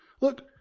Look